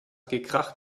gekracht